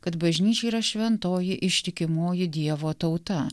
kad bažnyčia yra šventoji ištikimoji dievo tauta